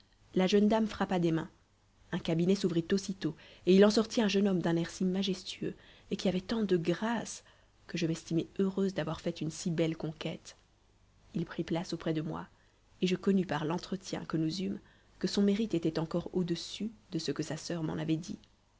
la jeune dame frappa des mains un cabinet s'ouvrit aussitôt et il en sortit un jeune homme d'un air si majestueux et qui avait tant de grâce que je m'estimai heureuse d'avoir fait une si belle conquête il prit place auprès de moi et je connus par l'entretien que nous eûmes que son mérite était encore au-dessus de ce que sa soeur m'en avait dit